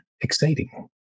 exciting